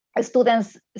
students